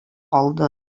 калды